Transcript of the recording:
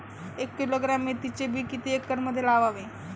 एक किलोग्रॅम मेथीचे बी किती एकरमध्ये लावावे?